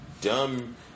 Dumb